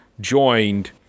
joined